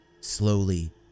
Slowly